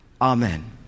Amen